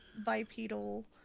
bipedal